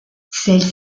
celle